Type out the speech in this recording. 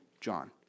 John